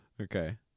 Okay